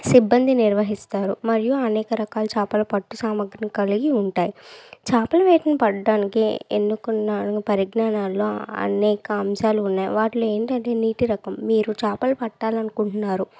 సిబ్బంది నిర్వహిస్తారు మరియు అనేక రకాల చేపలు పట్టు సామాగ్రిని కలిగి ఉంటాయి చేపల వేటను పట్టడానికి ఎన్నుకున్న పరిజ్ఞానంలో అనేక అంశాలు ఉన్నాయి వాటిల్లో ఏంటంటే నీటి రకం మీరు చేపలు పట్టాలి అనుకుంటున్నారు